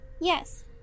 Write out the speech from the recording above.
Yes